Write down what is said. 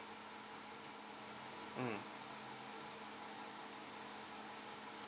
mm